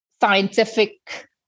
scientific